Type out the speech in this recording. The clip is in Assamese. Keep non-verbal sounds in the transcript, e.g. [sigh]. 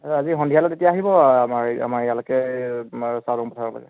আজি সন্ধিয়ালৈ তেতিয়া আহিব আমাৰ আমাৰ ইয়ালৈকে [unintelligible]